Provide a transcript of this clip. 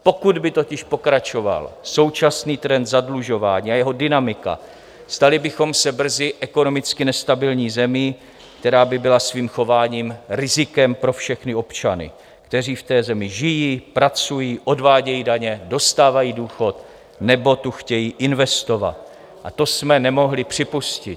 Pokud by totiž pokračoval současný trend zadlužování a jeho dynamika, stali bychom se brzy ekonomicky nestabilní zemí, která by byla svým chováním rizikem pro všechny občany, kteří v té zemi žijí, pracují, odvádějí daně, dostávají důchod nebo tu chtějí investovat, a to jsme nemohli připustit.